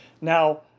Now